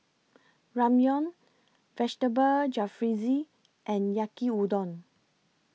Ramyeon Vegetable Jalfrezi and Yaki Udon